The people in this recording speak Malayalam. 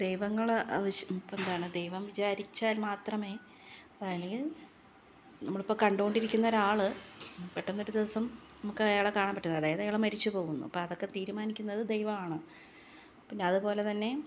ദൈവങ്ങൾ ആവശ്യം ഇപ്പം എന്താണ് ദൈവം വിചാരിച്ചാൽ മാത്രമേ ഇപ്പം അല്ലെങ്കിൽ നമ്മളിപ്പോൾ കണ്ടുകൊണ്ടിരിക്കുന്ന ഒരാൾ പെട്ടെന്ന് ഒരു ദിവസം നമുക്ക് അയാളെ കാണാൻ പറ്റാതായി അതായത് അയാൾ മരിച്ചു പോകുന്നു അപ്പം അതൊക്കെ തീരുമാനിക്കുന്നത് ദൈവമാണ് പിന്നെ അതുപോലെ തന്നെ